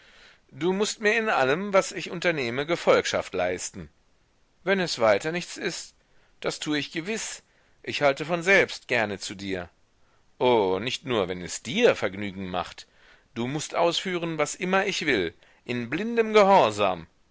du mußt mir in allem was ich unternehme gefolgschaft leisten wenn es weiter nichts ist das tue ich gewiß ich halte von selbst gerne zu dir oh nicht nur wenn es dir vergnügen macht du mußt ausführen was immer ich will in blindem gehorsam